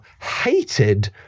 hated